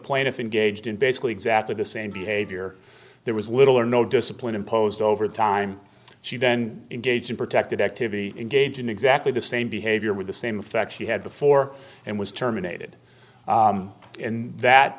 plaintiff and gauged in basically exactly the same behavior there was little or no discipline imposed over time she then engaged in protected activity engaged in exactly the same behavior with the same effect she had before and was terminated and that